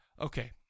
okay